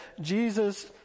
Jesus